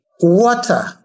water